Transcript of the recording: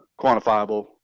quantifiable